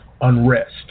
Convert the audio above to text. unrest